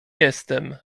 jestem